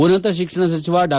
ಉನ್ನತ ಶಿಕ್ಷಣ ಸಚಿವ ಡಾ